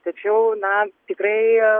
tačiau na tikrai